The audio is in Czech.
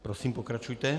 Prosím, pokračujte.